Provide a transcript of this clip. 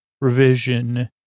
Revision